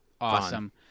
awesome